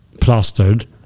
plastered